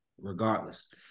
regardless